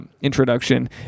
introduction